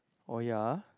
oh yeah